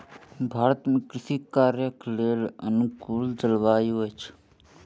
भारत में कृषि कार्यक लेल अनुकूल जलवायु अछि